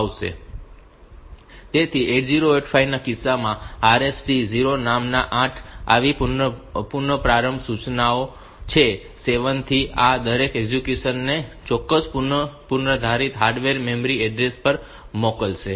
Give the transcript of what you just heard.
તેથી 8085 ના કિસ્સામાં RST 0 નામના 8 આવી પુનઃપ્રારંભ સૂચના છે 7 થી અને આ દરેક એક્ઝેક્યુશન ને ચોક્કસ પૂર્વનિર્ધારિત હાર્ડવેર મેમરી એડ્રેસ પર મોકલશે